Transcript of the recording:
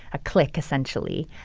a clique, essentially,